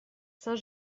saint